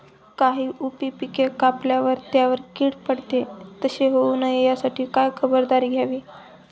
काही उभी पिके कापल्यावर त्यावर कीड पडते, तसे होऊ नये यासाठी काय खबरदारी घ्यावी?